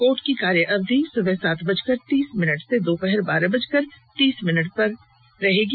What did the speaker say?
court की कार्य अवधि सुबह सात बजकर तीस मिनट से दोपहर बारह बजकर तीस मिनट तक रहेगी